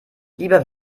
lieber